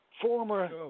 Former